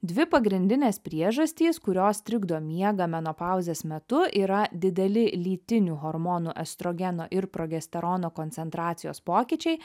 dvi pagrindinės priežastys kurios trikdo miegą menopauzės metu yra dideli lytinių hormonų estrogeno ir progesterono koncentracijos pokyčiai